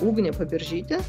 ugnė paberžytė